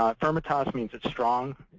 um firmitas means it's strong.